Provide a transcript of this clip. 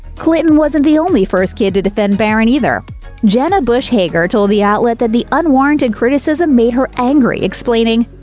clinton wasn't the only first kid to defend barron, either jenna bush hager told the outlet that the unwarranted criticism made her angry, explaining,